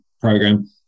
program